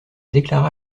déclara